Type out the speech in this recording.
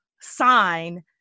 sign